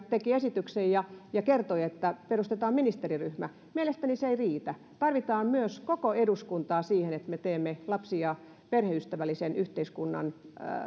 teki hyvän esityksen ja kertoi että perustetaan ministeriryhmä mielestäni se ei riitä tarvitaan myös koko eduskuntaa siihen että me teemme lapsi ja perheystävällisen yhteiskunnan